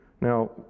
Now